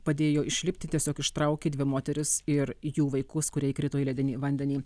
padėjo išlipti tiesiog ištraukė dvi moteris ir jų vaikus kurie įkrito į ledinį vandenį